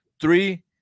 Three